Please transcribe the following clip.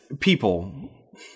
people